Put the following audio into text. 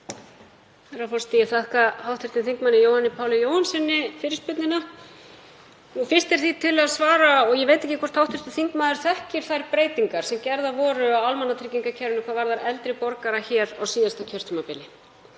Herra forseti. Ég þakka hv. þm. Jóhanni Páli Jónssyni fyrirspurnina. Fyrst er því til að svara, og ég veit ekki hvort hv. þingmaður þekkir þær breytingar sem gerðar voru á almannatryggingakerfinu hvað varðar eldri borgara hér á síðasta kjörtímabili,